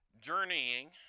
Journeying